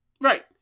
right